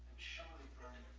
surely burn